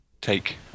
take